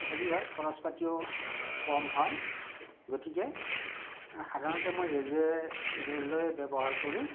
হেৰি হয় খৰছ পাতিও কম হয় গতিকে সাধাৰণতে মই ৰেলৱে ৰেলৱে ব্যৱহাৰ কৰোঁ